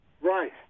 Right